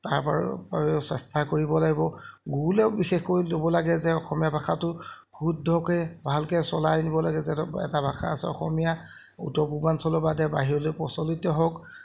তাৰপৰাও চেষ্টা কৰিব লাগিব গুগলেও বিশেষকৈ ল'ব লাগে যে অসমীয়া ভাষাটো শুদ্ধকৈ ভালকৈ চলাই নিব লাগে যাতে এটা ভাষা আছে অসমীয়া উত্তৰ পূৰ্বাঞ্চলৰ বাদে বাহিৰলৈ প্ৰচলিত হওক